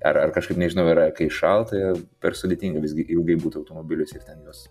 ar ar kažkaip nežinau yra kai šalta per sudėtinga visgi ilgai būt automobiliuose ir ten juos